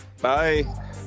bye